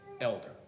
elder